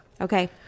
Okay